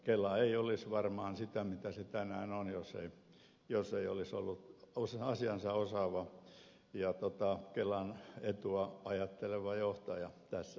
kela ei olisi varmaan sitä mitä se tänään on jos ei olisi ollut asiansa osaavaa ja kelan etua ajattelevaa johtajaa tässä ajassa